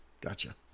Gotcha